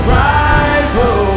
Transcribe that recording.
rival